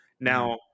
now